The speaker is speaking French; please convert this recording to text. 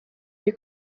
des